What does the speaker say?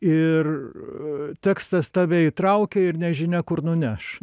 ir tekstas tave įtraukia ir nežinia kur nuneš